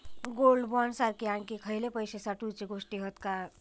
Gold bond सारखे आणखी खयले पैशे साठवूचे गोष्टी हत काय?